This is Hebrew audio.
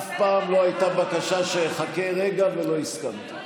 אף פעם לא הייתה בקשה שאחכה רגע ולא הסכמתי.